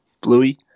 Bluey